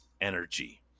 energy